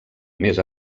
més